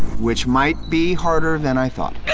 which might be harder than i thought.